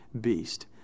beast